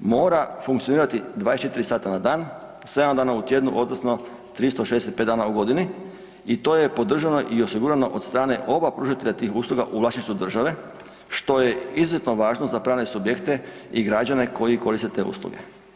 mora funkcionirati 24 sata na dan 7 dana u tjednu, odnosno 365 dana u godini i to je podržano i osigurano od strane oba pružatelja tih usluga u vlasništvu države što je izuzetno važno za pravne subjekte i građane koji koriste te usluge.